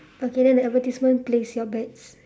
okay then the advertisement place your bets